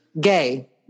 gay